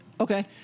Okay